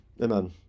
amen